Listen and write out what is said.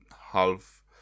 Half